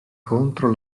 contro